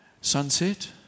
Sunset